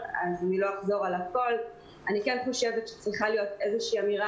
אני חושבת שצריכה להיות איזו שהיא אמירה